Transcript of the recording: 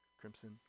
Crimson